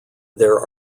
there